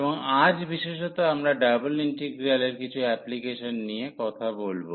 এবং আজ বিশেষত আমরা ডাবল ইন্টিগ্রালের কিছু অ্যাপ্লিকেশন নিয়ে কথা বলব